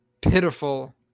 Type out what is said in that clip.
pitiful